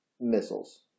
missiles